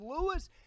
Lewis